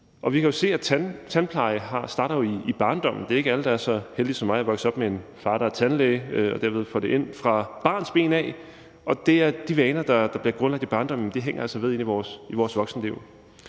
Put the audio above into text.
vi kan jo se, at tandpleje starter i barndommen – det er ikke alle, der er så heldige som mig at vokse op med en far, der er tandlæge, og derved har fået det ind fra barnsben – og de vaner, der bliver grundlagt i barndommen, hænger altså ved ind i vores voksenliv.